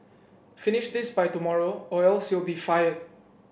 finish this by tomorrow or else you'll be fired